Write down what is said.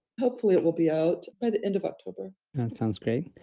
hopefully it will be out by the end of october sounds great.